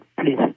please